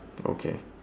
okay